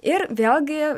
ir vėlgi